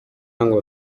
ngo